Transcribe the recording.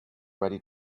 ready